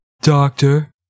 Doctor